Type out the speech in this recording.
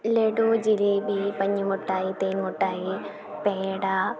ലഡു ജിലേബി പഞ്ഞിമിഠായി തേന്മിഠായി പേട